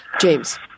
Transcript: James